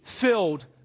filled